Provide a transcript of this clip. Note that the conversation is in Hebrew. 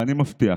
ואני מבטיח,